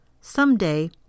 someday—